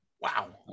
Wow